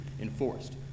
enforced